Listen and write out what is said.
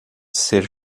ser